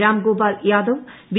Ram Gopal Yadav B